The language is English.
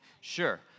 sure